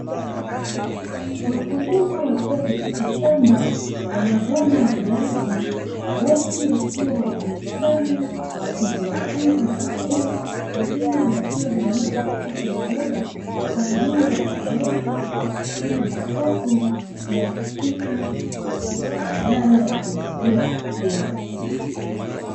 Wakulima wakiwa katika shamba wanavuna viazi wengi wakiwa wamevikusanya mafungu mafungu makubwa, vingine vikiwa vimewekwa katika viroba kwaajili ya kupeleka katika masoko na katika maghala yakuhifadhia chakula.